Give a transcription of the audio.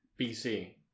BC